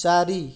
ଚାରି